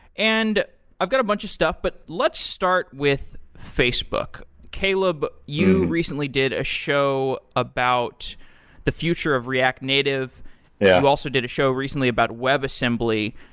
and i've got a bunch of stuff, but let's start with facebook. caleb, you recently did a show about the future of react native. yeah you also did a show recently about web assembly.